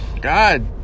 God